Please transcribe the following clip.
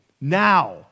now